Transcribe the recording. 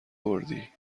کردی